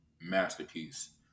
masterpiece